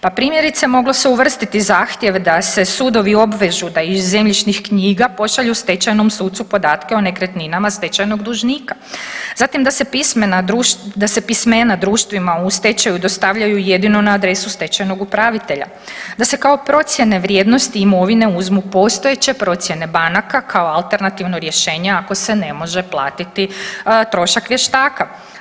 Pa primjerice, moglo se uvrstiti zahtjev da se sudovi obvežu da iz zemljišnih knjiga pošalju stečajnom sucu podatke o nekretninama stečajnog dužnika, zatim da se pismena društvima u stečaju dostavljaju jedino na adresu stečajnog upravitelja, da se kao procjene vrijednosti i imovine uzmu postojeće procjene banaka, kao alternativno rješenje, ako se ne može platiti trošak vještaka.